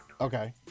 Okay